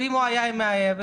ואם הוא היה עם מאהבת?